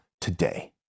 Today